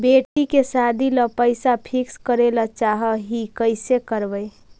बेटि के सादी ल पैसा फिक्स करे ल चाह ही कैसे करबइ?